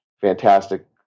fantastic